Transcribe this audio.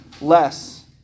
less